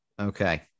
Okay